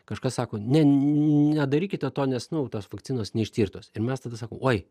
kažkas sako ne nedarykite to nes nu tos vakcinos neištirtos ir mes tada sakom oi